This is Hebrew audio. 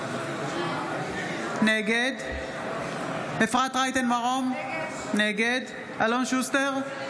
נגד אפרת רייטן מרום, נגד אלון שוסטר,